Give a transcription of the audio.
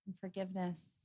forgiveness